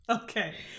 Okay